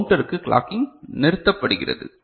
எனவே கவுண்டருக்கு கிளாக்கிங் நிறுத்தப்படுகிறது